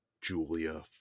Julia